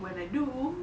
when I do